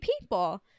people